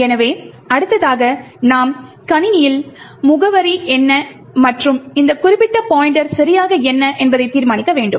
எனவே அடுத்ததாக நாம் கணினியின் முகவரி என்ன மற்றும் இந்த குறிப்பிட்ட பாய்ண்ட்டர் சரியாக என்ன என்பதை தீர்மானிக்க வேண்டும்